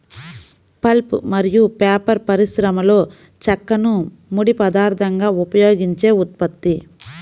pulp మరియు paper పరిశ్రమలోచెక్కను ముడి పదార్థంగా ఉపయోగించే ఉత్పత్తి